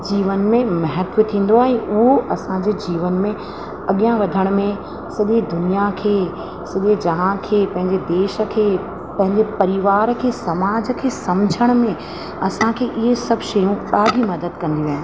जीवन में महत्व थींदो आहे हू असांजे जीवन में अॻियां वधण में सॼी दुनिया खे सॼे जहान खे पंहिंजे देश खे पंहिंजे परिवार खे समाज खे समुझण में असांखे इहे सभु शयूं ॾाढी मदद कंदी आहिनि